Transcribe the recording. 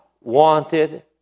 wanted